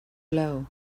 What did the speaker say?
blow